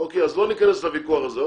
אז לא ניכנס לוויכוח הזה.